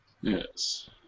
Yes